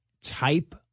type